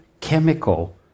chemical